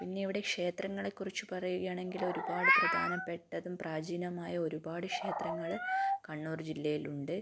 പിന്നെ ഇവിടെ ക്ഷേത്രങ്ങളെ കുറിച്ച് പറയുകയാണെങ്കിൽ ഒരുപാട് പ്രധാനപ്പെട്ടതും പ്രാചീനമായ ഒരുപാട് ക്ഷേത്രങ്ങൾ കണ്ണൂർ ജില്ലയിലുണ്ട്